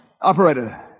operator